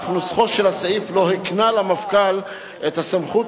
אך נוסחו של הסעיף לא הקנה למפכ"ל את הסמכות